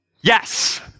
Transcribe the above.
Yes